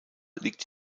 liegt